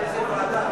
איזו ועדה?